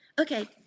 Okay